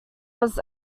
was